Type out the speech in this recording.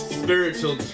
spiritual